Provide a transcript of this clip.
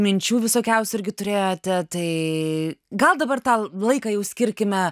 minčių visokiausių irgi turėjote tai gal dabar tą laiką jau skirkime